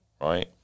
right